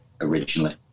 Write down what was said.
originally